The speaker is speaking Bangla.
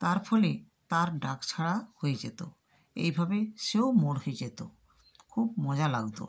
তার ফলে তার ডাক ছাড়া হয়ে যেতো এইভাবে সেও মোর হয়ে যেতো খুব মজা লাগতো